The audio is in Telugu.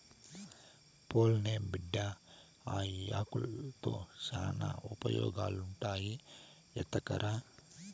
పోన్లే బిడ్డా, ఆ యాకుల్తో శానా ఉపయోగాలుండాయి ఎత్తకరా